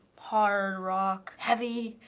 hard rock? heavy,